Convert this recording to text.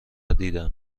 دیدم